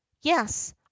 yes